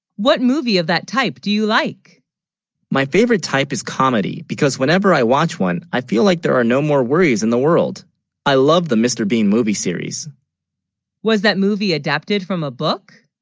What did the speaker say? what movie of that type, do you like my, favorite type is comedy because whenever i watch one i feel like there are no more worries in the world i love the mr. bean movie series was that movie adapted from a. book?